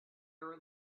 our